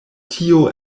tio